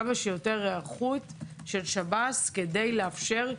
לראות כמה שיותר היערכות של שב"ס כדי לאפשר קליטה,